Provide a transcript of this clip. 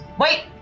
Wait